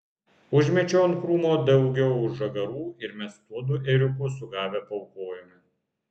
užmečiau ant krūmo daugiau žagarų ir mes tuodu ėriuku sugavę paaukojome